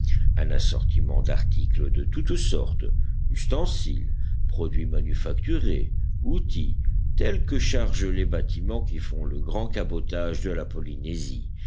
un assortiment d'articles de toutes sortes ustensiles produits manufacturés outils tels que chargent les bâtiments qui font le grand cabotage de la polynésie